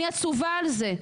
אני עצובה על זה.